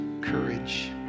courage